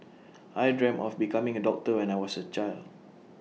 I dreamt of becoming A doctor when I was A child